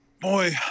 Boy